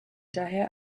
daher